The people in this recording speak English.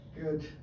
good